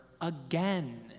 again